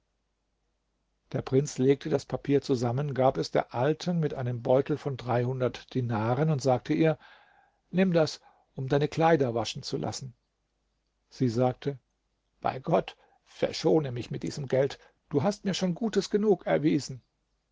der prinz legte das papier zusammen gab es der alten mit einem beutel von dreihundert dinaren und sagte ihr nimm das um deine kleider waschen zu lassen sie sagte bei gott verschone mich mit diesem geld du hast mir schon gutes genug erwiesen